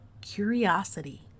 Curiosity